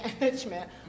management